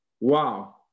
wow